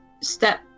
step